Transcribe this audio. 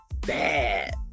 bad